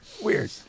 Weird